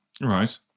Right